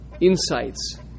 insights